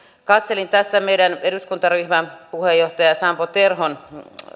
katselin tässä meidän eduskuntaryhmämme puheenjohtaja sampo terhon